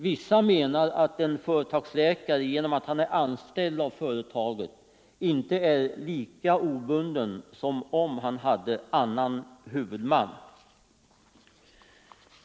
Vissa menar att en företagsläkare genom att han är anställd av företaget inte är lika obunden som om han hade annan huvudman.